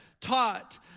taught